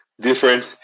different